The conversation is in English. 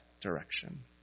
direction